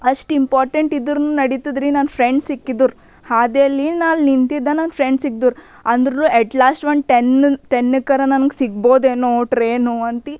ಅಷ್ಟು ಇಂಪಾರ್ಟೆಂಟ್ ಇದ್ದರು ನಡಿತದ್ರಿ ನನ್ನ ಫ್ರೆಂಡ್ ಸಿಕ್ಕಿದರು ಹಾದಿಯಲ್ಲಿ ನಾ ಅಲ್ಲಿ ನಿಂತಿದ್ದೆ ನನ್ನ ಫ್ರೆಂಡ್ ಸಿಕ್ಕಿದ್ರು ಅಂದುರ್ನು ಎಟ್ಲಾಶ್ಟ್ ಒನ್ ಟೆನ್ ಟೆನ್ನಕರ ನನ್ಗೆ ಸಿಗ್ಬೋದೇನೋ ಟ್ರೇನು ಅಂತ